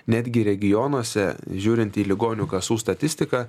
netgi regionuose žiūrint į ligonių kasų statistiką